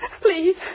please